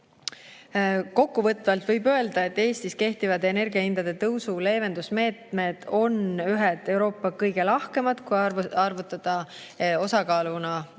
Kokkuvõtvalt võib öelda, et Eestis kehtivad energiahindade tõusu leevendusmeetmed on Euroopa ühed kõige lahkemad, kui arvutada osakaaluna